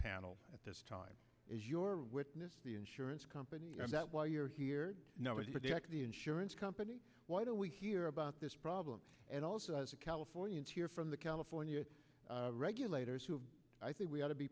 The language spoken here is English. panel at this time is your witness the insurance company that why you're here now with the insurance company why don't we hear about this problem and also as a californian to or from the california regulators who i think we ought to be